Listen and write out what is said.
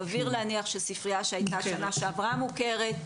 סביר להניח שספריה שהייתה שנה שעברה מוכרת,